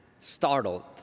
startled